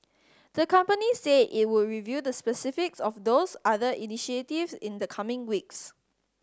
the company said it would reveal the specifics of those other initiatives in the coming weeks